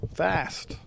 fast